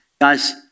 Guys